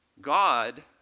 God